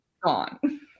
gone